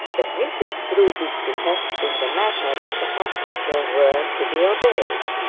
that mrs proudie's behests in the matter of the hospital were to be obeyed.